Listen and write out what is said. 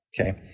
Okay